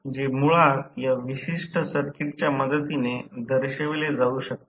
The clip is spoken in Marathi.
जे मुळात या विशिष्ट सर्किटच्या मदतीने दर्शवले जाऊ शकते